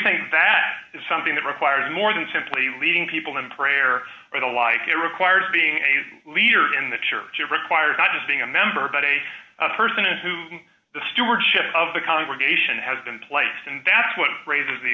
think that is something that requires more than simply leading people in prayer or the like it requires being a leader in the church it requires not just being a member but a person in whom the stewardship of the congregation has been placed and that's what raises the